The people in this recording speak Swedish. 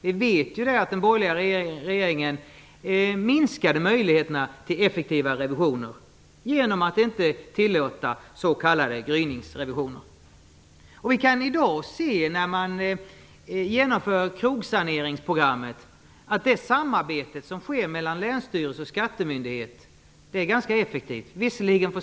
Vi vet att den borgerliga regeringen minskade möjligheterna till effektiva revisioner genom att inte tillåta s.k. gryningsrevisioner. När man i dag genomför krogsaneringsprogrammet kan vi se att det samarbete som sker mellan länsstyrelsen och skattemyndigheten är ganska effektivt.